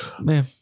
Man